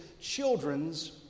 children's